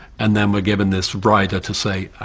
and then we're given this writer to say,